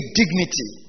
dignity